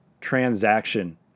transaction